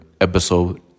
episode